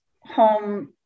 home